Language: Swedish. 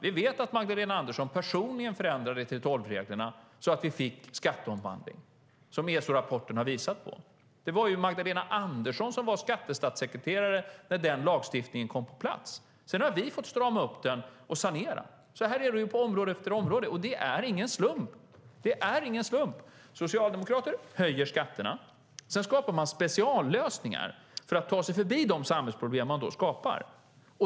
Vi vet att Magdalena Andersson personligen förändrade 3:12-reglerna så att vi fick skatteomvandling, som ESO-rapporten har visat på. Det var ju Magdalena Andersson som var skattestatssekreterare när den lagstiftningen kom på plats. Sedan har vi fått strama upp den och sanera. Så här är det på område efter område, och det är ingen slump. Socialdemokraterna höjer skatterna. Sedan skapar de speciallösningar för att ta sig förbi de samhällsproblem de skapar.